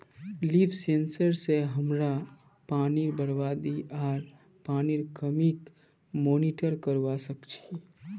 leaf sensor स हमरा पानीर बरबादी आर पानीर कमीक मॉनिटर करवा सक छी